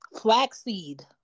Flaxseed